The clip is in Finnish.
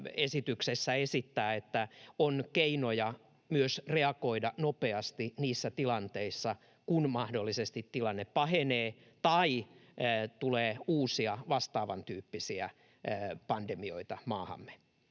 esityksessä esittää, että on keinoja myös reagoida nopeasti niissä tilanteissa, kun mahdollisesti tilanne pahenee tai tulee uusia, vastaavantyyppisiä pandemioita maahamme.